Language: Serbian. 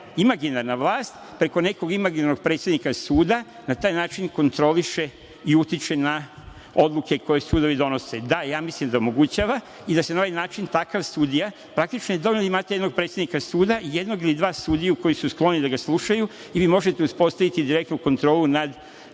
imaginarna vlast preko nekog imaginarnog predsednika suda na taj način kontroliše i utiče na odluke koje sudovi donose? Da, mislim da se omogućava. Praktično je dovoljno da imate jednog predsednika suda, jednog ili dvoje sudija koji su skloni da ga slušaju i vi možete uspostaviti direktnu kontrolu nad